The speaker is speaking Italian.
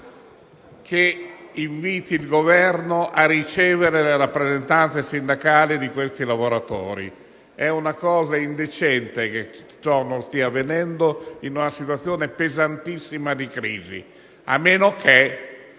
di invitare il Governo a ricevere le rappresentanze sindacali di questi lavoratori. È indecente ciò che sta avvenendo in una situazione pesantissima di crisi, a meno che